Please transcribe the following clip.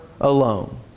alone